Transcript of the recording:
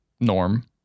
Norm